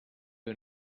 you